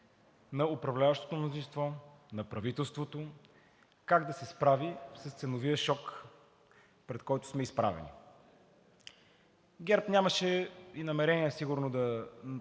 на управляващото мнозинство, на правителството как да се справи с ценовия шок, пред който сме изправени. ГЕРБ нямаше и намерение сигурно да